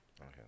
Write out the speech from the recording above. Okay